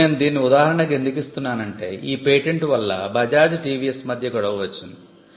ఇప్పుడు నేను దీనిని ఉదాహరణగా ఎందుకిస్తున్నానంటే ఈ పేటెంట్ వల్ల బజాజ్ టివిఎస్ మధ్య గొడవ వచ్చింది